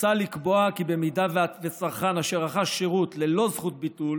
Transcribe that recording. מוצע לקבוע כי במידה שצרכן אשר רכש שירות ללא זכות ביטול